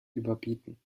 überbieten